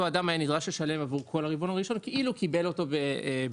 נדרשת לשלם עבור כל הרבעון הראשון כאילו קיבלת אותו בינואר.